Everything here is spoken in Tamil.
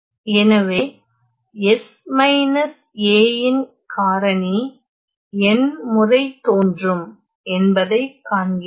எனவே s a இன் காரணி n முறை தோன்றும் என்பதைக் காண்கிறோம்